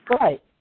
Right